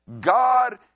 God